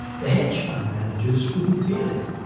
the hedge fund managers wouldn't feel it,